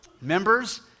members